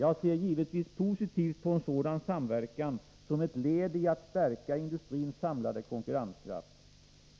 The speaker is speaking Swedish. Jag ser givetvis positivt på en sådan samverkan som ett led i att stärka industrins samlade konkurrenskraft.